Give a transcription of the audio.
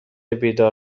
بیدار